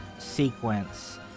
sequence